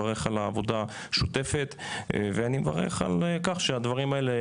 על העבודה המשותפת ועל כך שהדברים האלה